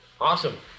Awesome